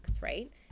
right